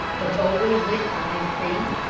the boy went to his seat,